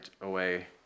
away